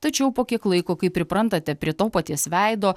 tačiau po kiek laiko kai priprantate prie to paties veido